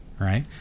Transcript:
right